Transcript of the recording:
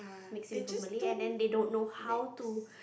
mixing with a Malay and then they don't know how to